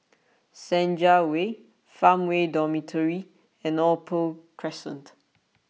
Senja Way Farmway Dormitory and Opal Crescent